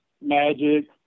Magic